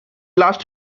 last